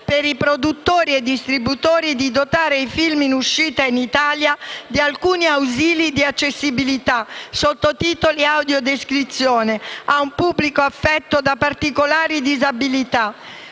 per i produttori e distributori di dotare i film in uscita in Italia di alcuni ausili di accessibilità, come sottotitoli e audiodescrizione, per un pubblico affetto da particolari disabilità.